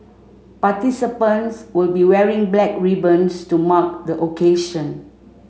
participants will be wearing black ribbons to mark the occasion